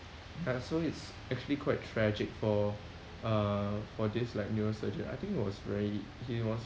ya so it's actually quite tragic for uh for this like neurosurgeon I think he was very he was